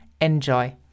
enjoy